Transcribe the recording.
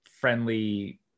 friendly